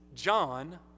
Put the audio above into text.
John